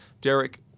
Derek